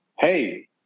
hey